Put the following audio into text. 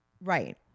Right